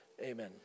amen